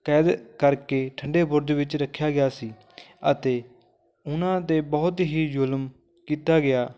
ਕੈਦ ਕਰਕੇ ਠੰਡੇ ਬੁਰਜ ਵਿੱਚ ਰੱਖਿਆ ਗਿਆ ਸੀ ਅਤੇ ਉਹਨਾਂ 'ਤੇ ਬਹੁਤ ਹੀ ਜ਼ੁਲਮ ਕੀਤਾ ਗਿਆ